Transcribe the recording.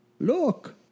Look